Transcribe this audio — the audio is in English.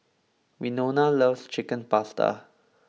Winona loves Chicken Pasta